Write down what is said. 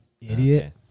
Idiot